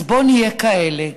אז בואו נהיה כאלה.